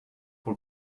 pour